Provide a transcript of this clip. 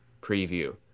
preview